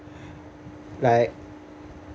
like